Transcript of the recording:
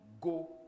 go